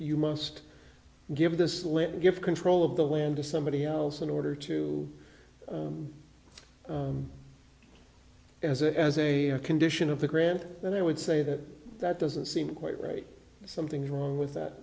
you must give this little gift control of the land to somebody else in order to as a as a condition of the grant then i would say that that doesn't seem quite right something's wrong with that